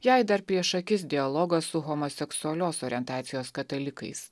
jai dar prieš akis dialogas su homoseksualios orientacijos katalikais